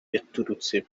yaturutse